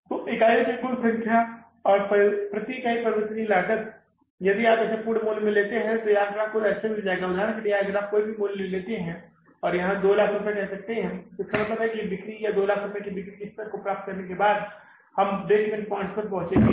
तो इकाइयों की कुल संख्या और प्रति इकाई परिवर्तनीय लागत यदि आप इसे पूर्ण मूल्य में लेते हैं तो आपको कुछ आंकड़ा मिल जाएगा उदाहरण के लिए आप कोई भी मूल्य लेते हैं और यहां 200000 रुपये कहते हैं इसका मतलब है बिक्री या 200000 रुपये के बिक्री स्तर को प्राप्त करने के बाद हम ब्रेक ईवन बिंदु पर पहुँचेंगे